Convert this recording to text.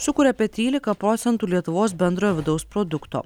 sukuria apie trylika procentų lietuvos bendrojo vidaus produkto